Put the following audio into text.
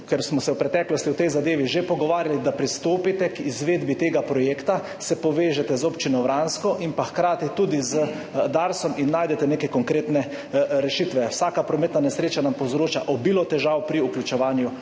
ker smo se v preteklosti o tej zadevi že pogovarjali, da pristopite k izvedbi tega projekta, se povežete z občino Vransko in hkrati tudi z Darsom in najdete neke konkretne rešitve. Vsaka prometna nesreča nam povzroča obilo težav pri vključevanju v